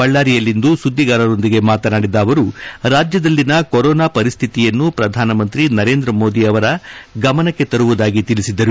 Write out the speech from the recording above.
ಬಳ್ಳಾರಿಯಲ್ಲಿಂದು ಸುದ್ದಿಗಾರರೊಂದಿಗೆ ಮಾತನಾಡಿದ ಅವರು ರಾಜ್ಯದಲ್ಲಿನ ಕೊರೊನಾ ಪರಿಸ್ಟಿತಿಯನ್ನು ಪ್ರಧಾನ ಮಂತ್ರಿ ನರೇಂದ್ರ ಮೋದಿ ಅವರ ಗಮನಕ್ಕೆ ತರುವುದಾಗಿ ತಿಳಿಸಿದರು